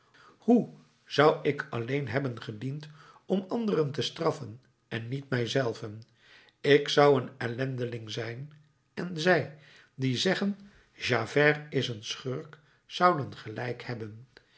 hoe zou ik alleen hebben gediend om anderen te straffen en niet mijzelven ik zou een ellendeling zijn en zij die zeggen javert is een schurk zouden gelijk hebben